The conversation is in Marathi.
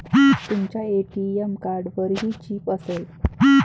तुमच्या ए.टी.एम कार्डवरही चिप असेल